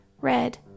red